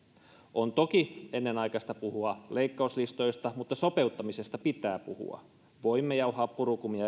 on toki ennenaikaista puhua leikkauslistoista mutta sopeuttamisesta pitää puhua voimme jauhaa purukumia